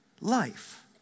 life